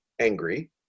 angry